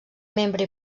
membre